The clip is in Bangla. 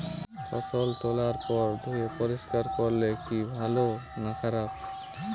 ফসল তোলার পর ধুয়ে পরিষ্কার করলে কি ভালো না খারাপ?